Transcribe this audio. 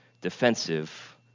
defensive